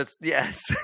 yes